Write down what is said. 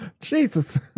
Jesus